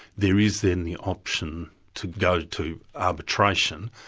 there is then the option to go to arbitration.